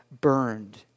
burned